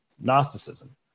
Gnosticism